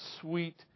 sweet